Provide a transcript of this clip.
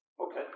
Okay